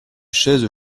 chaises